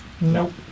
nope